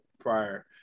Prior